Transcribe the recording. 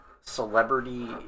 celebrity